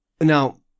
now